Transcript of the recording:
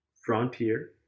Frontier